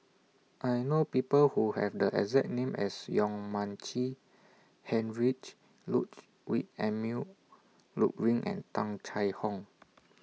I know People Who Have The exact name as Yong Mun Chee Heinrich Emil Luering and Tung Chye Hong